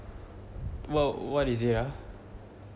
wh~ what is it ah